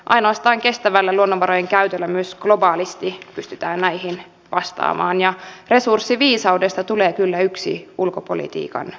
ainoastaan kestävällä luonnonvarojen käytöllä myös globaalisti pystytään näihin vastaamaan ja resurssiviisaudesta tulee kyllä yksi ulkopolitiikan osa